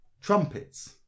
Trumpets